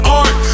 art